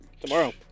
Tomorrow